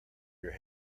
your